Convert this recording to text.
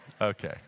Okay